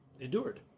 Endured